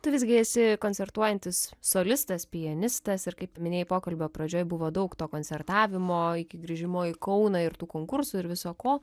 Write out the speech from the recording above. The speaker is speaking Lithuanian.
tu visgi esi koncertuojantis solistas pianistas ir kaip paminėjai pokalbio pradžioj buvo daug to koncertavimo iki grįžimo į kauną ir tų konkursų ir viso ko